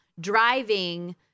driving